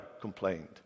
complained